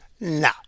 No